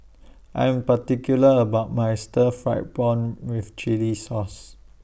I Am particular about My Stir Fried Prawn with Chili Sauce